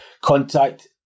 contact